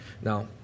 Now